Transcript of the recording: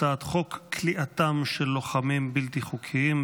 הצעת חוק כליאתם של לוחמים בלתי חוקיים,